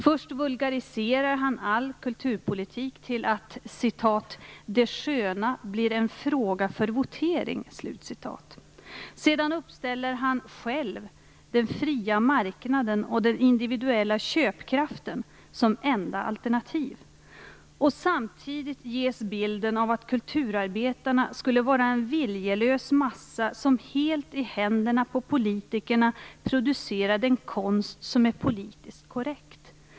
Först vulgariserar han all kulturpolitik till att "det sköna blir en fråga för votering". Sedan uppställer han själv den fria marknaden och den individuella köpkraften som enda alternativ. Och samtidigt ges bilden av att kulturarbetarna skulle vara en viljelös massa som helt i händerna på politikerna producerar den konst som är politiskt korrekt.